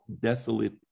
desolate